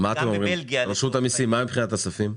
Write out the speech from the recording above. רשות המיסים מה מבחינת הספים?